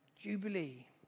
Jubilee